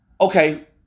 okay